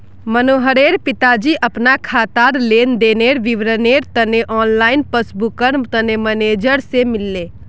मनोहरेर पिताजी अपना खातार लेन देनेर विवरनेर तने ऑनलाइन पस्स्बूकर तने मेनेजर से मिलले